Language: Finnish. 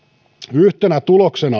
yhtenä tuloksena